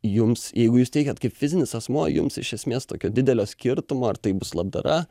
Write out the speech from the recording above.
jums jeigu jūs teikiat kaip fizinis asmuo jums iš esmės tokio didelio skirtumo ar tai bus labdara